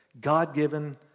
God-given